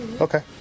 Okay